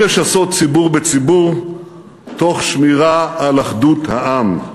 לשסות ציבור בציבור ותוך שמירה על אחדות העם.